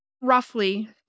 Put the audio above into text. roughly